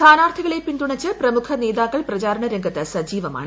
സ്ഥാനാർത്ഥികളെ പിന്തുണച്ച് പ്രമുഖ നേതാക്കൾ പ്രചാരണ രംഗൂത്ത് സ്ജീവമാണ്